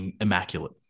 immaculate